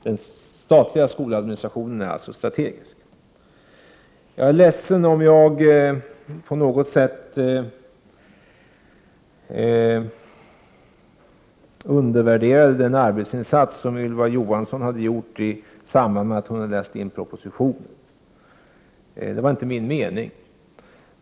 Den statliga skoladministrationen är alltså strategisk. Jag är ledsen om jag på något sätt undervärderat den arbetsinsats som Ylva Johansson gjort i samband med att hon läste in propositionen. Det var inte min mening.